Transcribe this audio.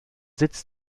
sitz